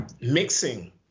mixing